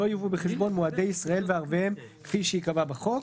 לא יובאו בחשבון מועדי ישראל וערביהם כפי שייקבע בחוק".